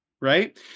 Right